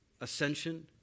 ascension